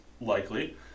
likely